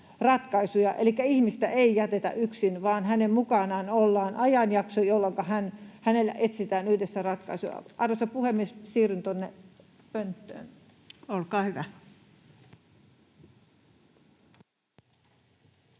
elikkä ihmistä ei jätetä yksin, vaan hänen mukanaan ollaan ajanjakso, jolloinka hänelle etsitään yhdessä ratkaisua. Arvoisa puhemies! Siirryn tuonne pönttöön. [Puhuja siirtyy